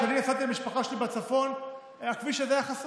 כשאני נסעתי למשפחה שלי בצפון הכביש הזה היה חסום.